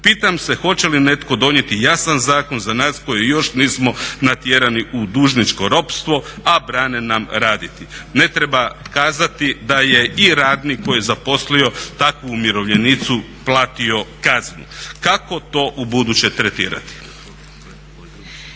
Pitam se hoće li netko donijeti jasan zakon za nas koji još nismo natjerani u dužničko ropstvo a brane nam raditi. Ne treba kazati da je i radnik koji je zaposlio takvu umirovljenicu platio kaznu. Kako to u buduće tretirati?